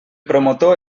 promotor